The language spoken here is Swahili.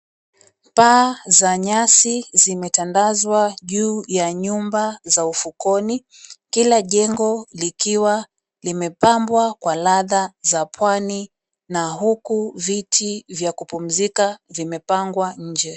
Paa za nyasi zimetandazwa juu ya nyumba za ufukoni. Kila jengo likiwa limepambwa kwa ladha za pwani na huku viti vya kupumzika vimepangwa nje.